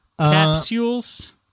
Capsules